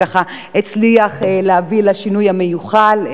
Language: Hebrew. שככה הצליח להביא לשינוי המיוחל,